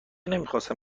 نخواستم